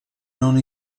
non